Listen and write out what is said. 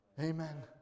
Amen